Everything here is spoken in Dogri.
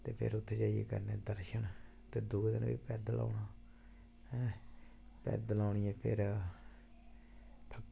ते कन्नै उत्थै जाइयै करने दर्शन ते दूऐ दिन पैदल औना पैदल औने ते फिर